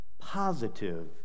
positive